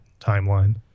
timeline